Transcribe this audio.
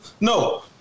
No